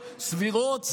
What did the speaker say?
סבירוֹת?